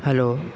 hello